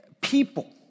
people